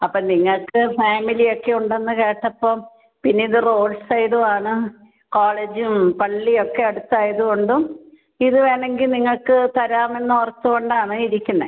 അപ്പം നിങ്ങൾക്ക് ഫാമിലിയൊക്കെ ഉണ്ടെന്ന് കേട്ടപ്പോൾ പിന്നെ ഇത് റോഡ് സൈഡുമാണ് കോളേജും പള്ളിയൊക്കെ അടുത്തായത് കൊണ്ടും ഇത് വേണെങ്കി നിങ്ങക്ക് തരാമെന്ന് ഓർത്തു കൊണ്ടാണ് ഇരിക്കുന്നത്